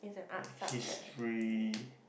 history